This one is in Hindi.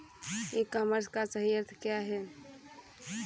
ई कॉमर्स का सही अर्थ क्या है?